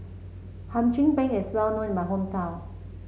Hum Chim Peng is well known in my hometown